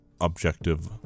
objective